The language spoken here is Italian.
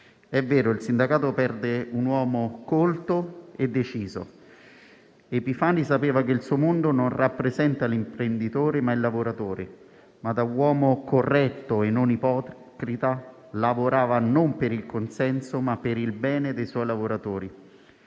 È vero: il sindacato perde un uomo colto e deciso. Epifani sapeva che il suo mondo rappresenta non l'imprenditore, ma il lavoratore, ma, da uomo corretto e non ipocrita, lavorava non per il consenso ma per il bene dei suoi lavoratori.